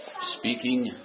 speaking